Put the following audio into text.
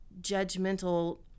judgmental